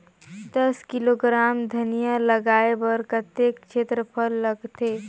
दस किलोग्राम धनिया लगाय बर कतेक क्षेत्रफल लगथे?